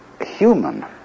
human